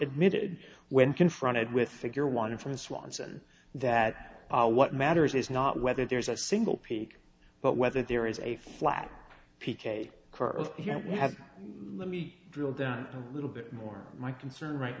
admitted when confronted with figures one inference swanson that what matters is not whether there's a single peak but whether there is a flat p k here we have let me drill down a little bit more my concern right